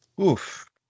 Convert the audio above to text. Oof